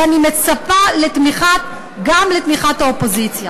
ואני מצפה גם לתמיכת האופוזיציה.